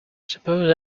suppose